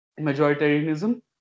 majoritarianism